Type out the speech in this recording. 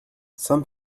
some